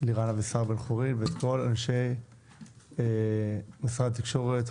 לירן אבישר בן חורין ואת כל אנשי משרד התקשורת,